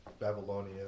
Babylonia